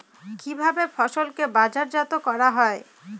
কিভাবে ফসলকে বাজারজাত করা হয়?